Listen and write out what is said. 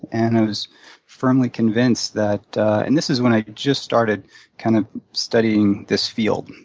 and i was firmly convinced that and this is when i just started kind of studying this field.